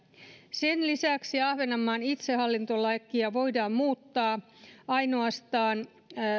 sen lisäksi ahvenanmaan itsehallintolakia voidaan muuttaa ainoastaan